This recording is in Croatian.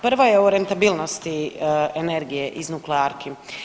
Prvo je o rentabilnosti energije iz nuklearki.